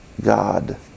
God